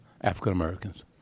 African-Americans